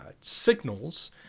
signals